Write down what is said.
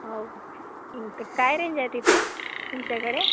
हो काय रेंज आहे तिथे तुमच्याकडे